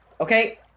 Okay